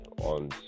on